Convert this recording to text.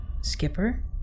Skipper